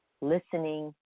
listening